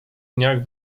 dniach